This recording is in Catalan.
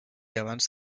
abans